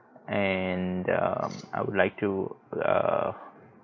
and um I would like to err